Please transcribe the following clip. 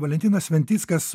valentinas sventickas